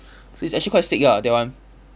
so it's actually quite sick ah that one